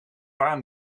paar